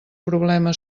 problema